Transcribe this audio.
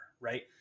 right